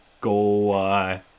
go